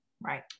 Right